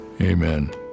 Amen